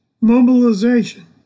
mobilization